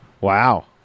Wow